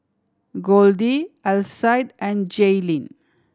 Goldie Alcide and Jaylyn